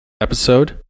episode